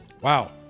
Wow